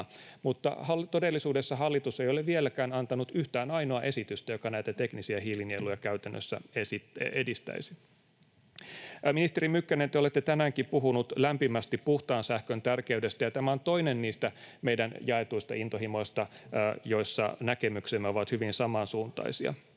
mutta todellisuudessa hallitus ei ole vieläkään antanut yhtä ainoaa esitystä, joka näitä teknisiä hiilinieluja käytännössä edistäisi. Ministeri Mykkänen, te olette tänäänkin puhunut lämpimästi puhtaan sähkön tärkeydestä, ja tämä on toinen niistä meidän jaetuista intohimoistamme, joissa näkemyksemme ovat hyvin samansuuntaisia.